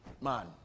man